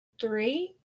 three